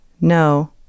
No